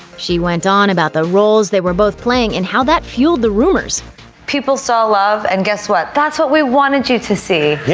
she went on about the roles they were both playing, and how that fueled the rumors people saw love and, guess what, that's what we wanted you to see. yeah